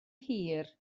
hir